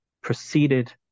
proceeded